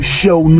show